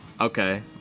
Okay